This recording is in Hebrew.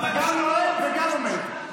אתה גם נואם וגם עומד.